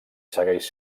segueix